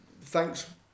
thanks